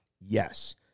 Yes